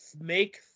make